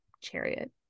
chariot